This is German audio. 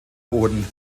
boden